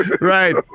Right